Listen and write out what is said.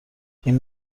این